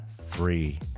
three